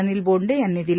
अनिल बोंडे यांनी दिले